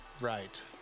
Right